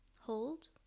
hold